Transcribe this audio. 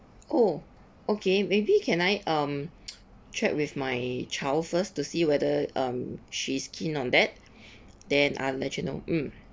oh okay maybe can I um check with my child first to see whether um she's keen on that then I'll let you know mm